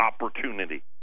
opportunity